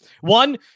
One